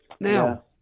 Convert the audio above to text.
Now